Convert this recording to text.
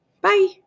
Bye